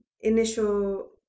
initial